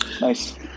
nice